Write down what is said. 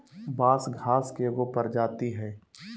बांस घास के एगो प्रजाती हइ